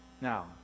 Now